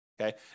okay